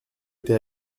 été